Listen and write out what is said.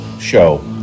show